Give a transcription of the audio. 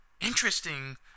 interesting